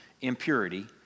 impurity